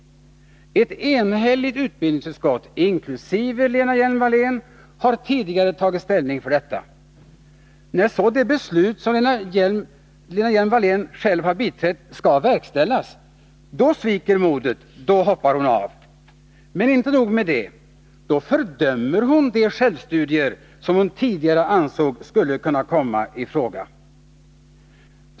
Ett enhälligt utbildningsutskott, inkl. Lena Hjelm-Wallén, har tidigare tagit ställning för detta. När så det beslut som Lena Hjelm-Wallén själv har biträtt skall verkställas, då sviker modet, då hoppar hon av. Men inte nog med det. Då fördömer hon de självstudier som hon tidigare ansåg skulle kunna komma i fråga.